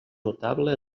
notable